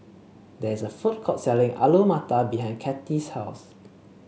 there is a food court selling Alu Matar behind Cathy's house